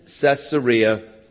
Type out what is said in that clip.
Caesarea